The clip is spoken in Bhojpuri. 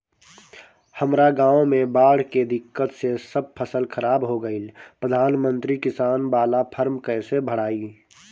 हमरा गांव मे बॉढ़ के दिक्कत से सब फसल खराब हो गईल प्रधानमंत्री किसान बाला फर्म कैसे भड़ाई?